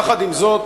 יחד עם זאת,